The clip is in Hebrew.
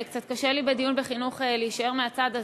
קצת קשה לי בדיון בחינוך להישאר בצד,